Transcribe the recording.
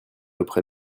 auprès